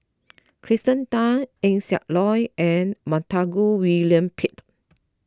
Kirsten Tan Eng Siak Loy and Montague William Pett